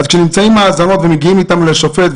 כשיש האזנות ומגיעים איתן לשופט,